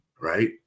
right